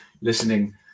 listening